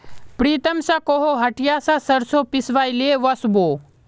प्रीतम स कोहो हटिया स सरसों पिसवइ ले वस बो